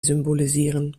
symbolisieren